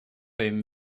him